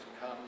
come